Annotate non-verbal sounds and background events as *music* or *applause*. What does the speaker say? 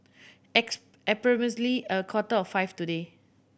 *unintelligible* approximately a quarter to five today